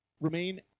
remain